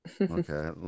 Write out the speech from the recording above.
Okay